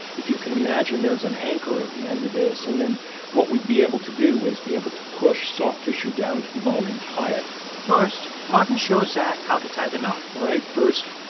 if you can imagine, there's an anchor at the end of this. and then what we'd be able to do is be able to push soft tissue down to the bone and tie it first, martin shows zach how to tie the knot all right. first,